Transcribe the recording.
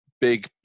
big